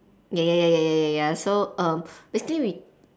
ya ya ya ya ya ya so um basically we